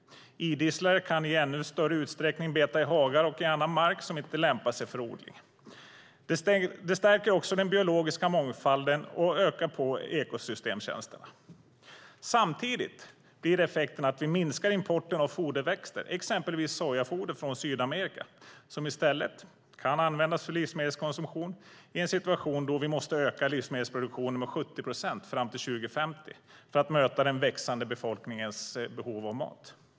Idisslare kan i ännu större utsträckning beta i hagar och på annan mark som inte lämpar sig för odling. Detta stärker den biologiska mångfalden och ökar ekosystemtjänsterna samtidigt som det minskar importen av foderväxter, exempelvis sojafoder från Sydamerika, som i stället kan användas för livsmedelkonsumtion i en situation då vi måste öka livsmedelsproduktionen med 70 procent fram till 2050 för att möta den växande befolkningens behov av mat.